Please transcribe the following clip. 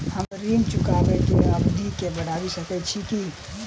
हम ऋण चुकाबै केँ अवधि केँ बढ़ाबी सकैत छी की?